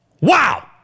Wow